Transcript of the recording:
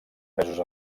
mesos